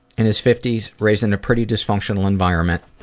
in his fifties, raised in a pretty dysfunctional environment,